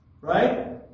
Right